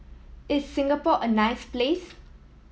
is Singapore a nice place